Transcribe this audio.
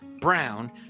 Brown